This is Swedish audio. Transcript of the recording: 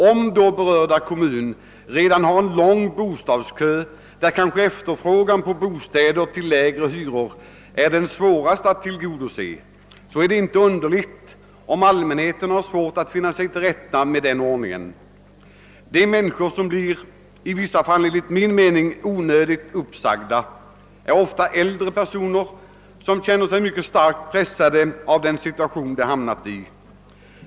Om den berörda kommunen då redan har en lång bostadskö, där efterfrågan på bostäder med lägre hyror är den kanske svåraste att tillgodose, är det inte underligt om allmänheten har svårt att finna sig till rätta med en sådan ordning. De människor som blir — i vissa fall enligt min mening onödigt — uppsagda är ofta äldre personer, som känner sig mycket starkt pressade av den situation de hamnat i.